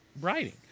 writing